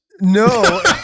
no